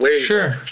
Sure